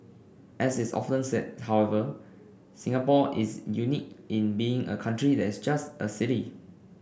as is often said however Singapore is unique in being a country that's just a city